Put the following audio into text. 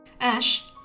Ash